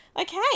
Okay